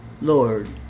Lord